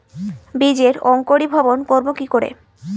বীজের অঙ্কোরি ভবন করব কিকরে?